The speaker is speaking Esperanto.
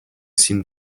sin